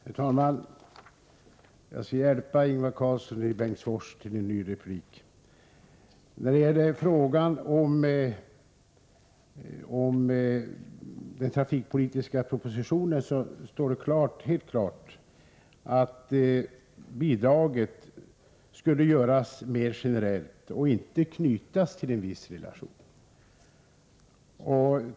Herr talman! Jag skall hjälpa Ingvar Karlsson i Bengtsfors att få ett nytt anförande. När det gäller frågan om den trafikpolitiska propositionen står det helt klart att bidraget skulle göras mera generellt och inte knytas till en viss relation.